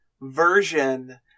version